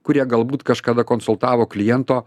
kurie galbūt kažkada konsultavo kliento